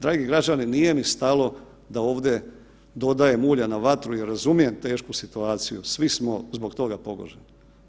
Dragi građani, nije mi stalo da ovdje dodajem ulja na vatru, ja razumijem tešku situaciju, svi smo zbog toga pogođeni.